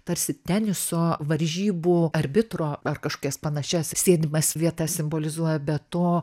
tarsi teniso varžybų arbitro ar kažkokias panašias sėdimas vietas simbolizuoja be to